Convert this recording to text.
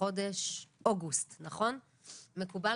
אז לא מבינה.